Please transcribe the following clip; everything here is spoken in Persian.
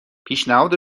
پیشنهاد